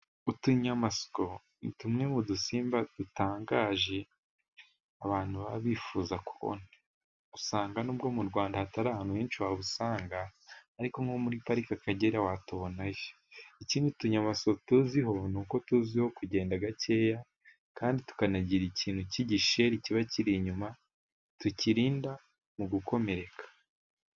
utunyamasyo ni tumwe mu dusimba dutangaje abantu baba bifuza kubona. usanga nubwo mu Rwanda hatari ahantu henshi wabusanga, ariko nko muri parike y'Akagera watubonayo. Ikindi utunyamasyo tuzwiho ni uko tuzwiho kugenda gake, kandi tukanagira ikintu cy'igisheri kiba kiri inyuma tukirinda mu gukomereka.